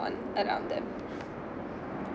on around that